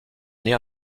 naît